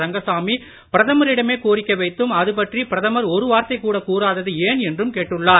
ரங்கசாமி பிரதமரிடமே கோரிக்கை வைத்தும் அதுபற்றி பிரதமர் ஒரு வார்த்தை கூட கூறாதது ஏன் என்றும் அவர் கேட்டுள்ளார்